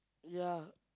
ya